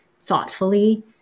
thoughtfully